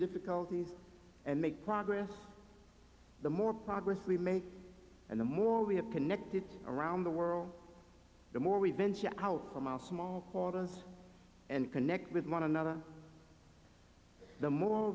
difficulties and make progress the more progress we make and the more we have connected around the world the more we venture out from our small corridors and connect with one another the more